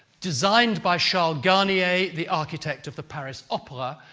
designed by charles garnier, the architect of the paris opera,